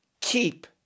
keep